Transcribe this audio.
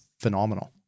phenomenal